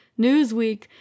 Newsweek